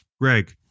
Greg